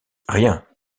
rien